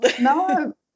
No